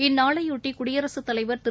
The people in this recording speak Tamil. இந்நாளையொட்டி குடியரசுத் தலைவர் திரு